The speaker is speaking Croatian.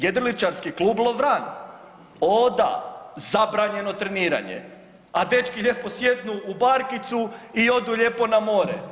Jedriličarski klub Lovran, o da, zabranjeno treniranje, a dečki lijepo sjednu u barkicu i odu lijepo na more.